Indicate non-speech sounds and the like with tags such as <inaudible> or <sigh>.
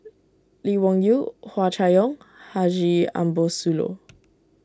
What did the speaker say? Lee Wung Yew Hua Chai Yong Haji Ambo Sooloh <noise>